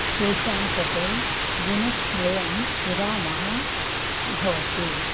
तेषां कृते दिनत्रयं विरामः भवति